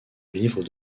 livre